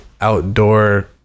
outdoor